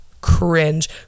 cringe